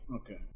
okay